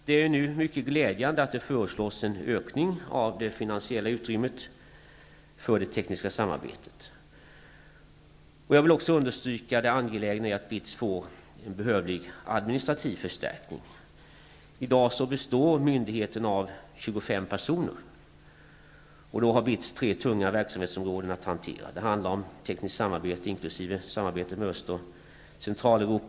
Det är mycket glädjande att det nu föreslås en ökning av det finansiella utrymmet för det tekniska samarbetet. Jag vill också understryka det angelägna i att BITS får en administrativ förstärkning. I dag består myndigheten av 25 personer och har tre tunga verksamhetsområden att hantera. Det handlar om tekniskt samarbete och samarbete med Öst och Centraleuropa.